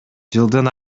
жылдын